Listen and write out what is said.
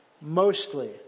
mostly